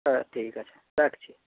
হ্যাঁ ঠিক আছে রাখছি